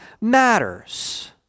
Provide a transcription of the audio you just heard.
matters